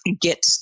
Get